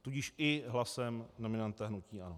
Tudíž i hlasem nominanta hnutí ANO.